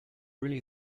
really